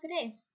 today